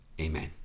Amen